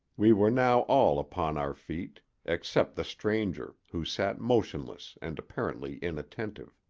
we were now all upon our feet except the stranger, who sat motionless and apparently inattentive.